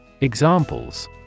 Examples